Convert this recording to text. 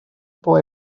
boy